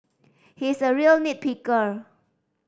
he is a real nit picker